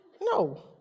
No